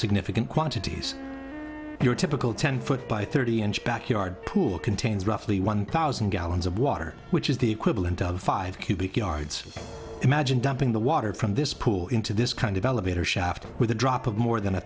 significant quantities your typical ten foot by thirty inch backyard pool contains roughly one thousand gallons of water which is the equivalent of five cubic yards imagine dumping the water from this pool into this kind of elevator shaft with a drop of more than a